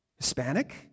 Hispanic